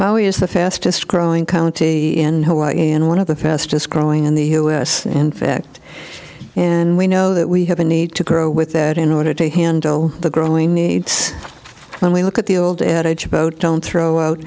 now is the fastest growing county in hawaii and one of the fastest growing in the u s in fact and we know that we have a need to grow with that in order to handle the growing needs when we look at the old adage about don't throw out